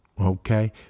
okay